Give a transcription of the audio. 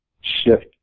shift